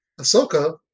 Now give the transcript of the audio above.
Ahsoka